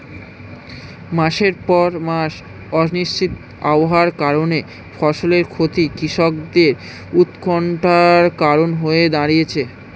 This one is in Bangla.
মাসের পর মাস অনিশ্চিত আবহাওয়ার কারণে ফসলের ক্ষতি কৃষকদের উৎকন্ঠার কারণ হয়ে দাঁড়িয়েছে